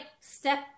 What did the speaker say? step